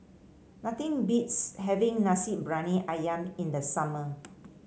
nothing beats having Nasi Briyani ayam in the summer